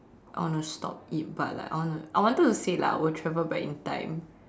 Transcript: I want to stop it but like I want to I wanted to say like I will travel back in time